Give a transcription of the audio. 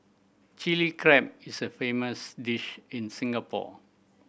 Chilli Crab is a famous dish in Singapore